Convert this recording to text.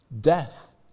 Death